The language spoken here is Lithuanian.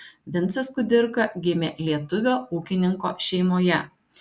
vincas kudirka gimė lietuvio ūkininko šeimoje